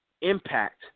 impact